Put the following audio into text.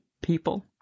people